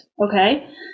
okay